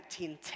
1910